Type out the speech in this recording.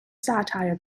satire